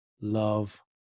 love